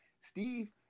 Steve